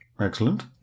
Excellent